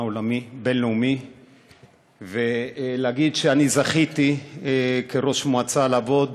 הבין-לאומי ולהגיד שאני זכיתי כראש מועצה לעבוד